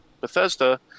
Bethesda